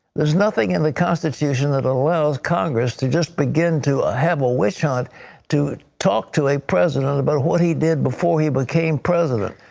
there is nothing in the constitution that allows congress to just begin to have a witchhunt to talk to a president about what he did before he became president.